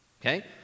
Okay